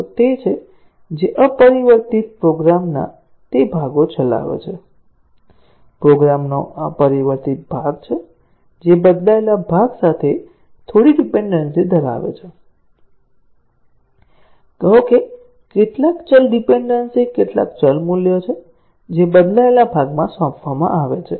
regression test કેસો તે છે જે અપરિવર્તિત પ્રોગ્રામના તે ભાગો ચલાવે છે પ્રોગ્રામનો અપરિવર્તિત ભાગ છે જે બદલાયેલા ભાગ સાથે થોડી ડીપેનડેન્સી ધરાવે છે કહો કેટલાક ચલ ડીપેનડેન્સી કેટલાક ચલ મૂલ્યો છે જે બદલાયેલા ભાગમાં સોંપવામાં આવે છે